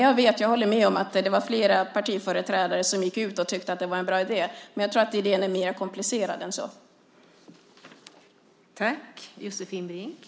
Jag vet att det var flera partiföreträdare som gick ut och sade att de tyckte att det var en bra idé, men jag tror att frågan riskerar att bli ganska komplicerad.